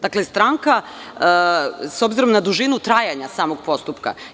Dakle, stranka s obzirom na dužinu trajanja samog postupka.